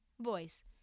voice